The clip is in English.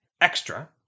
extra